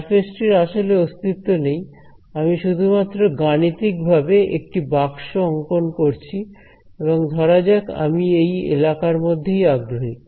surface টির আসলে অস্তিত্ব নেই আমি শুধুমাত্র গাণিতিকভাবে একটি বাক্স অংকন করেছি এবং ধরা যাক আমি এই এলাকার মধ্যেই আগ্রহী